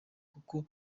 kuko